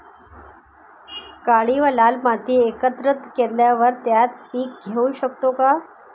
काळी व लाल माती एकत्र केल्यावर त्यात पीक घेऊ शकतो का?